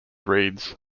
reeds